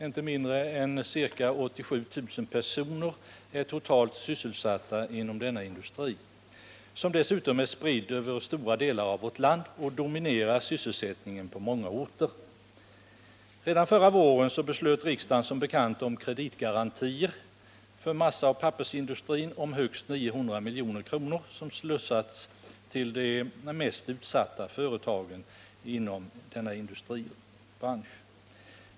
Inte mindre än totalt ca 87000 personer är sysselsatta inom denna industri, som dessutom är spridd över stora delar av vårt land och som dominerar sysselsättningen på många orter. Redan förra våren fattade riksdagen som bekant beslut om kreditgarantier för massaoch pappersindustrin om högst 900 milj.kr., som slussats till de mest utsatta företagen inom denna industrigren.